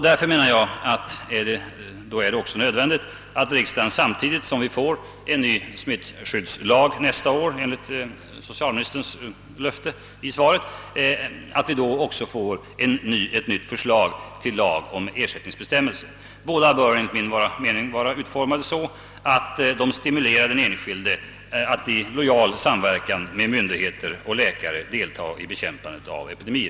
Det är också nödvändig att riksdagen samtidigt som vi får en ny smittskyddslag nästa år, enligt socialministerns löfte i svaret, också får ett förslag till ny lag om ersättningsbestämmelser. Båda bör vara så utformade att de stimulerar den enskilde till att i lojal samverkan med myndigheter och läkare delta i bekämpandet av epidemier.